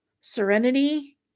serenity